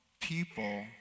people